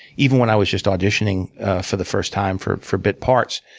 even when i was just auditioning for the first time for for bit parts.